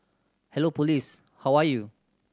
hello police how are you